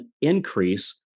increase